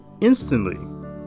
Instantly